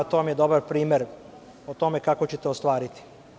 To vam je dobar primer o tome kako ćete ostvariti.